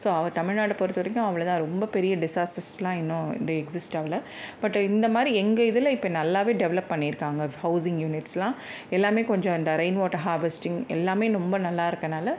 so அவ தமிழ்நாடை பொறுத்த வரைக்கும் அவ்வளோ தான் ரொம்ப பெரிய டிஸ்சாஸ்டஸெல்லாம் இன்னும் இது எக்ஸிஸ்ட் ஆகலை பட்டு இந்த மாதிரி எங்கே இதில் இப்போ நல்லாவே டெவலப் பண்ணியிருக்காங்க ஹவுசிங் யூனிட்ஸெல்லாம் எல்லாமே கொஞ்சம் இந்த ரெயின் வாட்டர் ஹார்வெஸ்ட்டிங் எல்லாமே ரொம்ப நல்லா இருக்கனால்